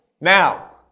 now